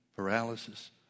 paralysis